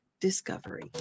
discovery